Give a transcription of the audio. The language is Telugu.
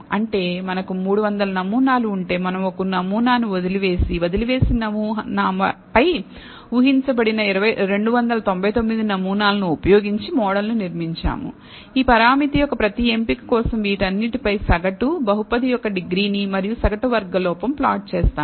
అంటే మనకు 300 నమూనాలు ఉంటే మనం ఒక నమూనాను వదిలివేసి వదిలివేసిన నమూనా పై ఊహించబడిన 299 నమూనాలను ఉపయోగించి మోడల్ను నిర్మించాము ఈ పరామితి యొక్క ప్రతి ఎంపిక కోసం వీటన్నిటి పై సగటుబహుపది యొక్క డిగ్రీ నీ మరియు సగటు వర్గ లోపం ఫ్లాట్ చేసాం